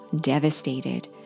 devastated